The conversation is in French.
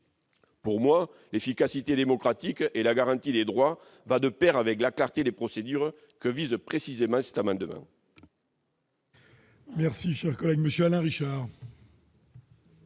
Pour moi, l'efficacité démocratique et la garantie des droits vont de pair avec la clarté des procédures que vise précisément cet amendement.